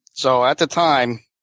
so at the time